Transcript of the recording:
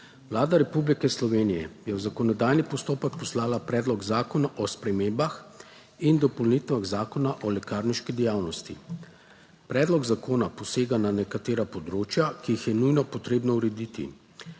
Vlada Republike Slovenije je v zakonodajni postopek poslala Predlog zakona o spremembah in dopolnitvah Zakona o lekarniški dejavnosti. Predlog zakona 7. TRAK: (NB) – 15.55 (Nadaljevanje) posega na nekatera področja, ki jih je nujno potrebno urediti.